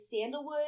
Sandalwood